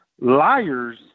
liars